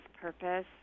purpose